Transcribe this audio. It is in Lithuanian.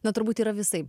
na turbūt yra visaip